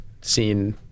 seen